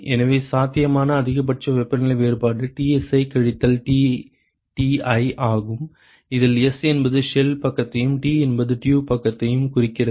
எனவே சாத்தியமான அதிகபட்ச வெப்பநிலை வேறுபாடு Tsi கழித்தல் Tti ஆகும் இதில் s என்பது ஷெல் பக்கத்தையும் t என்பது டியூப் பக்கத்தையும் குறிக்கிறது